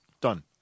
Done